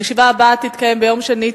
הישיבה הבאה תתקיים ביום שני,